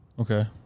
Okay